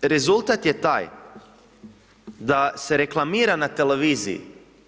Znači, rezultat je taj da se reklamira na televiziji